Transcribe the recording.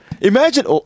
Imagine